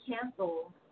cancel